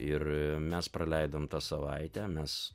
ir mes praleidom tą savaitę mes